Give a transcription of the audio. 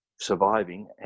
surviving